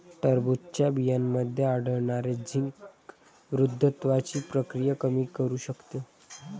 टरबूजच्या बियांमध्ये आढळणारे झिंक वृद्धत्वाची प्रक्रिया कमी करू शकते